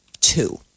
Two